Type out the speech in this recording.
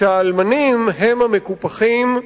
האלמנים הם המקופחים,